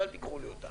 אז אל תיקחו לי אותה.